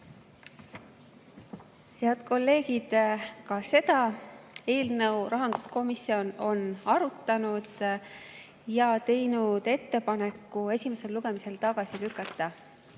Head kolleegid! Ka seda eelnõu rahanduskomisjon on arutanud ja teinud ettepaneku see esimesel lugemisel tagasi lükata.